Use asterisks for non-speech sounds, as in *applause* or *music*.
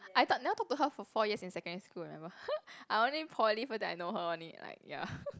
I thought never talked to her for four years in secondary school remember *laughs* I only poly first then I know her only like ya *laughs*